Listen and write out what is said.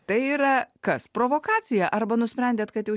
tai yra kas provokacija arba nusprendėt kad jau